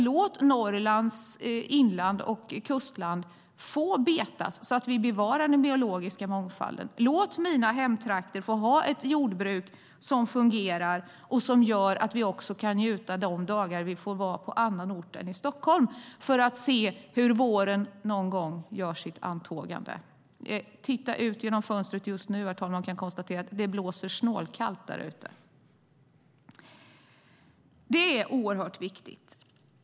Låt Norrlands inland och kustland få betas, så att vi bevarar den biologiska mångfalden. Låt mina hemtrakter få ha ett jordbruk som fungerar och som gör att vi också kan njuta de dagar vi får vara på annan ort än Stockholm för att se hur våren någon gång är i antågande. Jag tittar ut genom fönstret just nu, herr talman, och kan konstatera att det blåser snålkallt där ute.